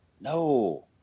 No